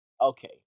Okay